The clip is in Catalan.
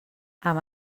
amb